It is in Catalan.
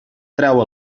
trau